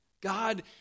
God